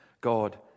God